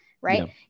right